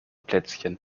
plätzchen